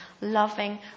loving